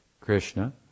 Krishna